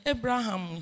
Abraham